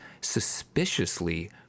suspiciously